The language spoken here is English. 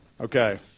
Okay